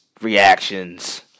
reactions